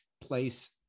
place